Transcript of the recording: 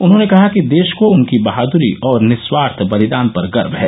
उन्होंने कहा कि देश को उनकी बहादरी और निस्वार्थ बलिदान पर गर्व है